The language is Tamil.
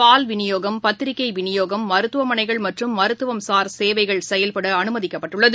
பால் விநியோகம் பத்திரிகைவிநியோகம் மருத்துவமனைகள் மற்றும் மருத்துவசார் சேவைகள் செயல்படஅனுமதிக்கப்பட்டுள்ளது